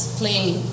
playing